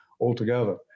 altogether